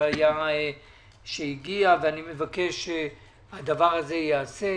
אני מבקש שהדבר הזה ייעשה.